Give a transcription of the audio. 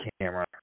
camera